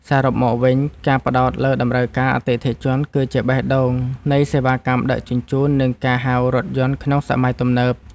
សរុបមកវិញ ការផ្ដោតលើតម្រូវការអតិថិជន គឺជាបេះដូងនៃសេវាកម្មដឹកជញ្ជូន និងការហៅរថយន្តក្នុងសម័យទំនើប។